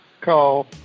call